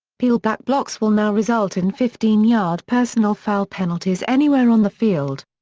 peel-back blocks will now result in fifteen yard personal foul penalties anywhere on the field.